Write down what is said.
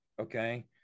okay